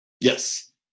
Yes